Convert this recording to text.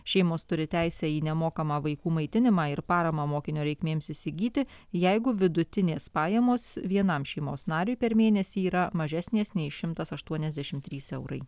šeimos turi teisę į nemokamą vaikų maitinimą ir paramą mokinio reikmėms įsigyti jeigu vidutinės pajamos vienam šeimos nariui per mėnesį yra mažesnės nei šimtas aštuoniasdešim trys eurai